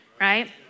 right